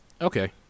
Okay